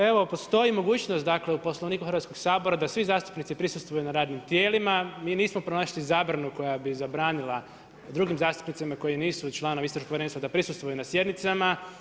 Evo postoji mogućnost dakle u Poslovniku Hrvatskoga sabora da svi zastupnici prisustvuju na radnim tijelima, mi nismo pronašli zabranu koja bi zabranila drugim zastupnicima koji nisu članovi istražnog povjerenstva da prisustvuju na sjednicama.